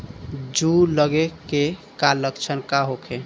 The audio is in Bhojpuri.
जूं लगे के का लक्षण का होखे?